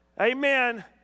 amen